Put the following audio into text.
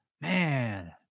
man